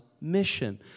mission